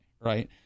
Right